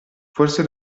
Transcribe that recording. forse